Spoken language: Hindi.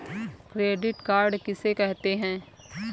क्रेडिट कार्ड किसे कहते हैं?